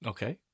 Okay